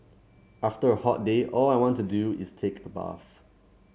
after a hot day all I want to do is take a bath